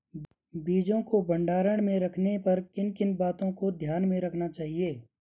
बीजों को भंडारण में रखने पर किन किन बातों को ध्यान में रखना चाहिए?